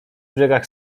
brzegach